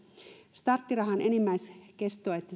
starttirahan enimmäiskeston